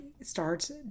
starts